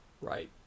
Right